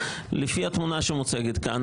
לפי התמונה שמוצגת כאן,